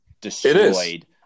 destroyed